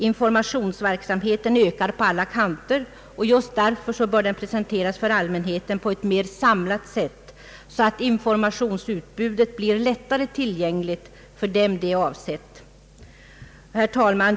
Informationsverksamheten ökar på alla kanter, och just därför bör den presenteras för allmänheten på ett mer samlat sätt så att informationsutbudet blir lättare tillgängligt för dem det är avsett. Herr talman!